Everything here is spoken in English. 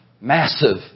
massive